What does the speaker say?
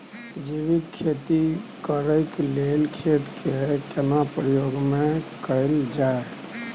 जैविक खेती करेक लैल खेत के केना प्रयोग में कैल जाय?